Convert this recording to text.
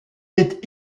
est